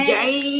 Jai